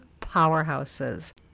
powerhouses